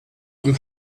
dem